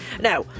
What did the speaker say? now